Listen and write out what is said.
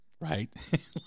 right